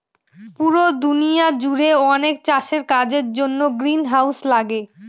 পুরো দুনিয়া জুড়ে অনেক চাষের কাজের জন্য গ্রিনহাউস লাগে